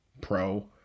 pro